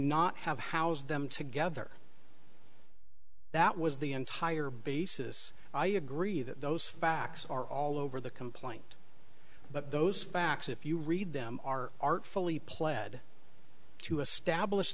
not have housed them together that was the entire basis i agree that those facts are all over the complaint but those facts if you read them are artfully pled to establish